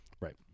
Right